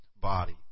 body